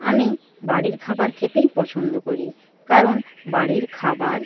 আমি বাড়ির খাবার খেতেই পছন্দ করি কারণ বাড়ির খাবার